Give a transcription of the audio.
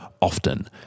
often